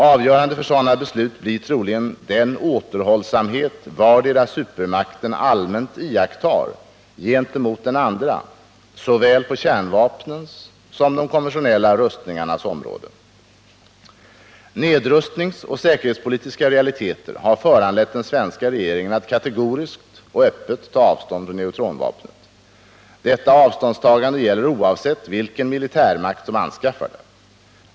Avgörande för sådana beslut blir troligen den återhållsamhet vardera supermakten allmänt iakttar gentemot den andra på såväl kärnvapnens som de konventionella rustningarnas område. Nedrustningsoch säkerhetspolitiska realiteter har föranlett den svenska regeringen att kategoriskt och öppet ta avstånd från neutronvapnet. Detta avståndstagande gäller oavsett vilken militärmakt som anskaffar det.